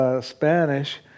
Spanish